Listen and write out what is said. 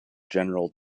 general